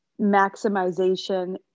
maximization